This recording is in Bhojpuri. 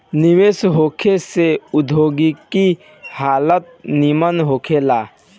निवेश होखे से औद्योगिक हालत निमन होखे ला